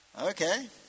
Okay